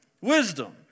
Wisdom